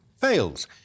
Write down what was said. fails